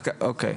אוקי,